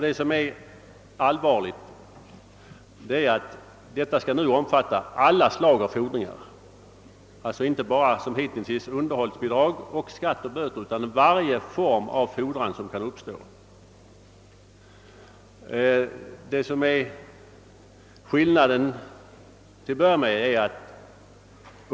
Det allvarliga är att denna verkställighet skall kunna tillgripas för alla slag av fordringar, alltså inte som hittills bara för underhållsbidrag samt skatter och böter.